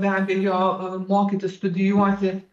be abejo a mokytis studijuoti